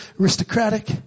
aristocratic